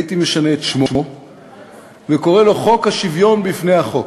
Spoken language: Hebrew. הייתי משנה את שמו וקורא לו: חוק השוויון בפני החוק,